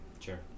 Sure